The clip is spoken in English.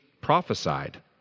prophesied